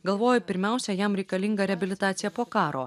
galvoju pirmiausia jam reikalinga reabilitacija po karo